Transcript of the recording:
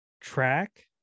track